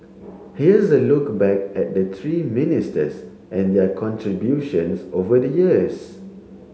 here's a look back at the three ministers and their contributions over the years